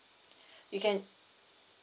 you can